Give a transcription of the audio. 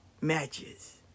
matches